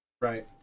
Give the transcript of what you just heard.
Right